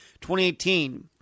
2018